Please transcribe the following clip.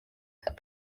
put